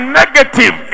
negative